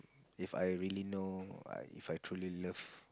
If I really know If I truly love